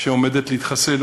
שעומדת להתחסל,